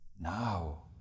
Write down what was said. now